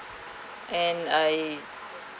and I